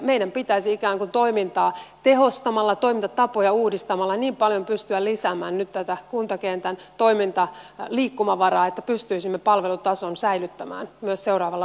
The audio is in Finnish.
meidän pitäisi ikään kuin toimintaa tehostamalla toimintatapoja uudistamalla niin paljon pystyä lisäämään nyt tätä kuntakentän liikkumavaraa että pystyisimme palvelutason säilyttämään myös seuraavalla vuosikymmenellä